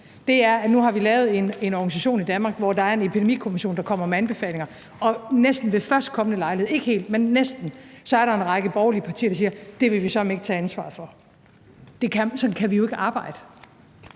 Det er, at nu har vi lavet en organisation i Danmark, hvor der er en Epidemikommission, der kommer med anbefalinger, og næsten ved førstkommende lejlighed, ikke helt, men næsten, er der en række borgerlige partier, der siger: Det vil vi søreme ikke tage ansvaret for. Sådan kan vi jo ikke arbejde;